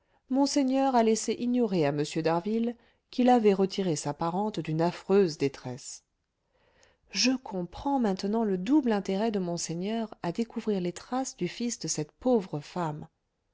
monseigneur a laissé ignorer à m d'harville qu'il avait retiré sa parente d'une affreuse détresse je comprends maintenant le double intérêt de monseigneur à découvrir les traces du fils de cette pauvre femme